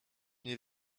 nie